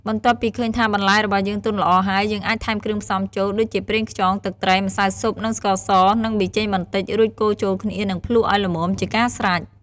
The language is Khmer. បន្ទាប់ពីឃើញថាបន្លែរបស់យើងទន់ល្អហើយ យើងអាចថែមគ្រឿងផ្សំចូល ដូចជាប្រេងខ្យង ទឹកត្រី ម្សៅស៊ុប និងស្ករស និងប៊ីចេងបន្តិច រួចកូរចូលគ្នា និងភ្លក្សឱ្យល្មមជាការស្រេច។